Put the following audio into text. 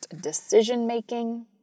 decision-making